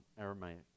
Aramaic